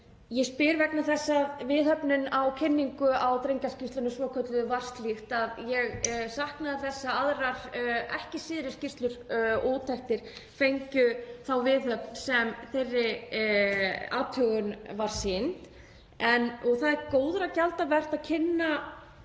Ég spyr vegna þess að viðhöfnin við kynningu á drengjaskýrslunni svokölluðu var slík að ég saknaði þess að aðrar ekki síðri skýrslur og úttektir nytu sömu viðhafnar og þeirri athugun var sýnd. Það er góðra gjalda vert að kynna